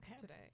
today